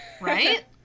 Right